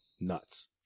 nuts